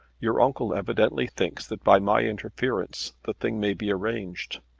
your uncle evidently thinks that by my interference the thing may be arranged.